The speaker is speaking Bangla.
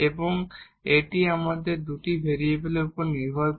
এবং এটি আমরা এখানে দুটি ভেরিয়েবলের উপর নির্ভর করে